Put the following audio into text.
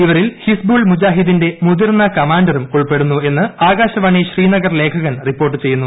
ഇവരിൽ ഹിസ്ബുൾ മുജാഹിദ്ദീന്റെ മുതിർന്ന കമാൻഡറും ഉൾപ്പെടുന്നു എന്ന് ആകാശവാണി ശ്രീനഗർ ലേഖകൻ റിപ്പോർട്ട് ചെയ്യുന്നു